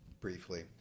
briefly